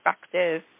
perspective